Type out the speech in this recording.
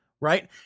right